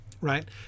right